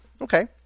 Okay